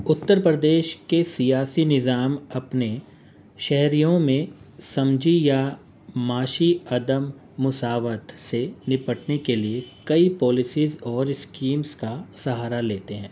اتر پردیش کے سیاسی نظام اپنے شہریوں میں سماجی یا معاشی عدم مساوت سے نپٹنے کے لیے کئی پالیسیز اور اسکیمس کا سہارا لیتے ہیں